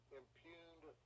impugned